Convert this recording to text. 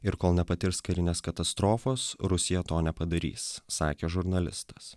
ir kol nepatirs karinės katastrofos rusija to nepadarys sakė žurnalistas